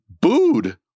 booed